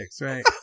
right